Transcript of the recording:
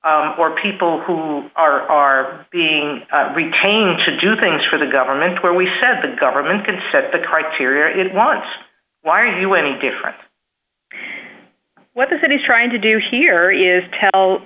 or people who are are being retained to do things for the government where we said the government can set the criteria it wants why are you any different what the city's trying to do here is tell